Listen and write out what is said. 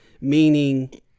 meaning